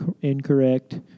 incorrect